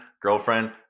girlfriend